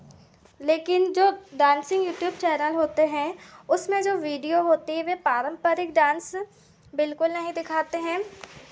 लेकिन जो dancing YouTube channel होते हैं उसमें जो वीडियो होते हैं वह पारम्परिक डांस बिल्कुल नहीं दिखाते हैं